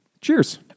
Cheers